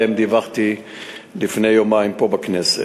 שעליה דיווחתי לפני יומיים פה בכנסת,